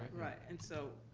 right, and so,